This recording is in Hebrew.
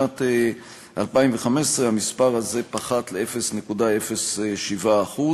ובשנת 2015 המספר הזה פחת ל-0.07%.